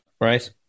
right